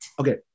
okay